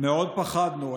מאוד פחדנו.